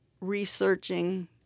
researching